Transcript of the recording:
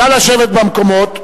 נא לשבת במקומות,